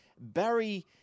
Barry